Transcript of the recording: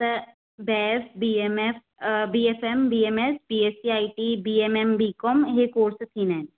त BAF B M F B F M B M S B S C I T B M M B com ही course थींदा आहिनि